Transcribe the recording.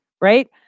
right